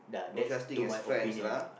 no such thing as friends lah